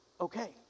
okay